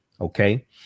okay